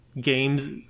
games